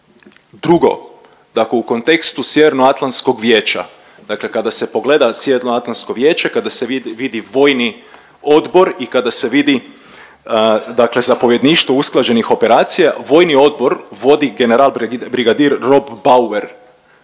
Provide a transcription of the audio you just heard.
Drugo, dakle u kontekstu Sjevernoatlantskog vijeća, dakle kada se pogleda Sjevernoatlantsko vijeće, kada se vidi vojni odbor i kada se vidi, dakle zapovjedništvo usklađenih operacija vojni odbor vodi general brigadir Rob Bauer